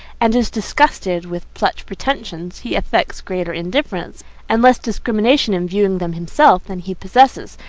and is disgusted with such pretensions, he affects greater indifference and less discrimination in viewing them himself than he possesses.